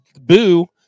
boo